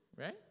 right